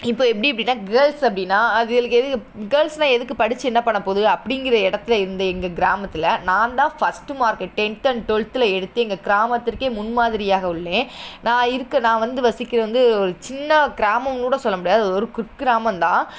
இப்போது எப்படி அப்படின்னா கேர்ள்ஸ் அப்படின்னா அதுகளுக்கு எதுக்கு கேர்ள்ஸ்லாம் எதுக்கு படித்து என்ன பண்ண போகுதுங்க அப்படிங்கிற இடத்துல இருந்த எங்கள் கிராமத்தில் நான்தான் ஃபஸ்ட்டு மார்க்கு டென்த் அண்ட் டுவெல்த்தில் எடுத்து எங்கள் கிராமத்திற்கே முன்மாதிரியாக உள்ளேன் நான் இருக்க நான் வந்து வசிக்கிறது வந்து சின்ன ஒரு கிராமம் கூட சொல்ல முடியாது ஒரு குக்கிராமம்தான்